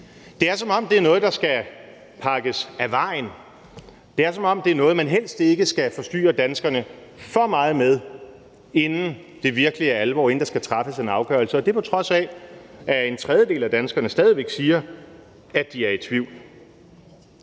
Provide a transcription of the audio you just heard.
Det er, som om det er noget, der skal pakkes af vejen. Det er, som om det er noget, man helst ikke skal forstyrre danskerne for meget med, inden det virkelig er alvor; inden der skal træffes en afgørelse. Og det er på trods af, at en tredjedel af danskerne stadig væk siger, at de er i tvivl.